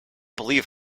believe